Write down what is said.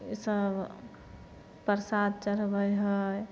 इसब प्रसाद चढ़बै है